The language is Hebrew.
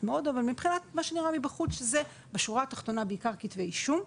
מאוד אבל מבחינת מה שנראה מבחוץ זה בשורה התחתונה בעיקר כתבי אישום.